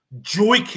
Joy